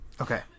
okay